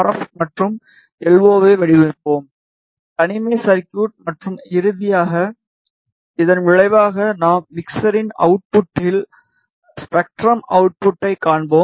F மற்றும் எல்ஓவை வடிவமைப்போம் தனிமை சர்குய்ட் மற்றும் இறுதியாக இதன் விளைவாக நாம் மிக்ஸரின் அவுட்புட்டில் ஸ்பெக்ட்ரம் அவுட்புட்டை காண்போம்